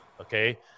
okay